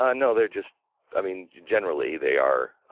ah no, they're just i mean generally they are